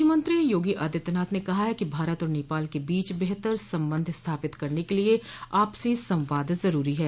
मुख्यमंत्री योगी आदित्यनाथ ने कहा है कि भारत और नेपाल के बीच बेहतर संबंध स्थापित करने के लिए आपसी संवाद ज़रूरी है